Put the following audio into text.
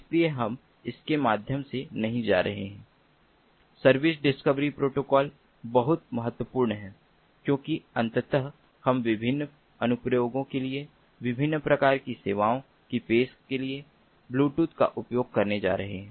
इसलिए हम उनके माध्यम से नहीं जा रहे हैं सर्विस डिस्कवरी प्रोटोकॉल बहुत महत्वपूर्ण है क्योंकि अंततः हम विभिन्न अनुप्रयोगों के लिए विभिन्न प्रकार की सेवाओं की पेशकश के लिए ब्लूटूथ का उपयोग करने जा रहे हैं